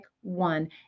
one